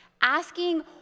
asking